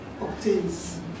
obtains